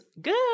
good